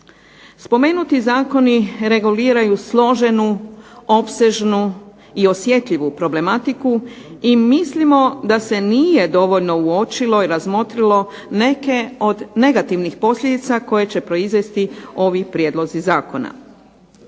Spomenuti zakoni reguliraju složenu, opsežnu i osjetljivu problematiku i mislimo da se nije dovoljno uočilo i razmotrilo neke od negativnih posljedica koje će proizvesti ovi prijedlozi zakona.